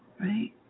right